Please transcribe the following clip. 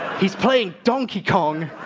he's playing donkey kong!